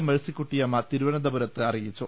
മെഴ്സിക്കുട്ടിയമ്മ തിരു വനന്തപുരത്ത് അറിയിച്ചു